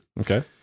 Okay